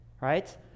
right